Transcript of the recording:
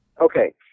Okay